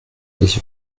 ich